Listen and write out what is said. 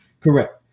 correct